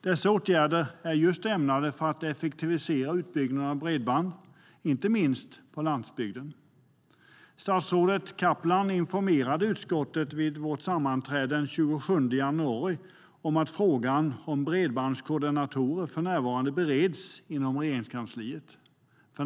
Dessa åtgärder är ämnade att effektivisera utbyggnaden av bredband, inte minst på landsbygden. Statsrådet Kaplan informerade utskottet vid vårt sammanträde den 27 januari om att frågan om bredbandskoordinatorer för närvarande bereds inom Regeringskansliet.